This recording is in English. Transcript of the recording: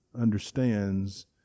understands